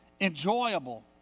enjoyable